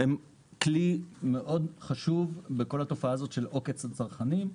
הן כלי מאוד חשוב בכל התופעה הזאת של עוקץ הצרכנים,